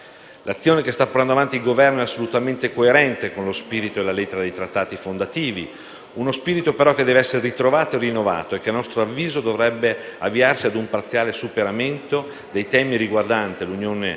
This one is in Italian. L'azione che sta portando avanti il Governo è assolutamente coerente con lo spirito e la lettera dei Trattati fondativi; uno spirito che, però, deve essere ritrovato e rinnovato e che, a nostro avviso, deve avviarsi ad un parziale superamento dei temi riguardanti l'unione economica